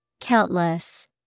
Countless